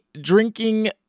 drinking